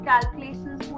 Calculations